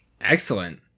Excellent